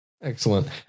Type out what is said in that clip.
Excellent